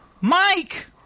Mike